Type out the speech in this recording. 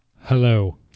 Hello